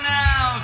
now